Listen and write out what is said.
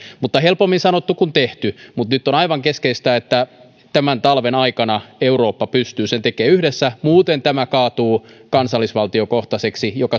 mutta helpommin sanottu kuin tehty nyt on aivan keskeistä että tämän talven aikana eurooppa pystyy sen tekemään yhdessä muuten tämä kaatuu kansallisvaltiokohtaiseksi mikä